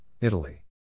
Italy